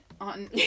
on